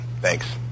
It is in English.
thanks